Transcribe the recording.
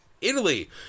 Italy